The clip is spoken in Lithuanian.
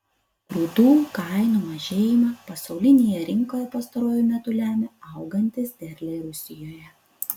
grūdų kainų mažėjimą pasaulinėje rinkoje pastaruoju metu lemia augantys derliai rusijoje